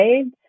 aids